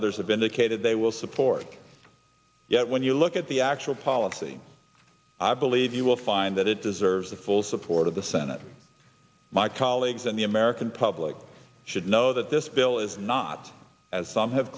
others have indicated they will support yet when you look at the actual policy i believe you will find that it deserves the full support of the senate my colleagues and the american public should know that this bill is not as some have